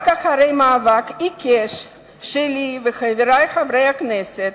רק אחרי מאבק עיקש שלי ושל חברי חברי הכנסת,